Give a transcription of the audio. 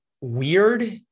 weird